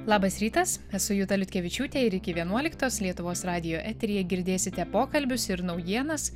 labas rytas esu juta liutkevičiūtė ir iki vienuoliktos lietuvos radijo eteryje girdėsite pokalbius ir naujienas